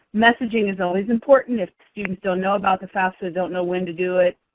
messaging is always important if the students don't know about the fafsa, don't know when to do it,